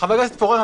חבר הכנסת פורר,